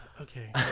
Okay